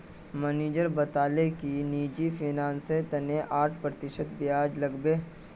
manager बताले कि निजी फिनांसेर तने आठ प्रतिशत ब्याज लागबे